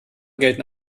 gelten